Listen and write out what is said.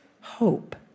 hope